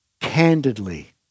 candidly